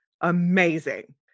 amazing